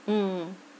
mm